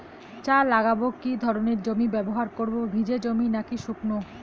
চা লাগাবো কি ধরনের জমি ব্যবহার করব ভিজে জমি নাকি শুকনো?